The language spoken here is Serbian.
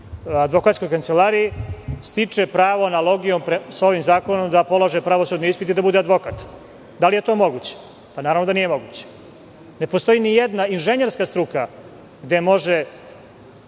advokatskoj kancelariji, stiče pravo analogijom sa ovim zakonom da polaže pravosudni ispit i da bude advokat. Da li je to moguće? Naravno da nije moguće. Ne postoji nijedna inženjerska struka gde može